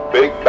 Big